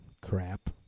crap